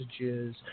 messages